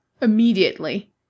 immediately